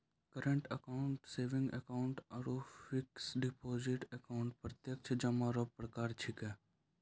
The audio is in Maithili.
करंट अकाउंट सेविंग अकाउंट आरु फिक्स डिपॉजिट अकाउंट प्रत्यक्ष जमा रो प्रकार छिकै